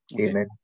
Amen